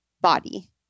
body